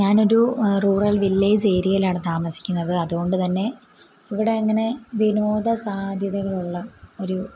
ഞാനൊരു റൂറൽ വില്ലേജേരിയേലാണ് താമസിക്കുന്നത് അതുകൊണ്ട് തന്നെ ഇവിടെ അങ്ങനെ വിനോദ സാധ്യതകളുള്ള ഒരു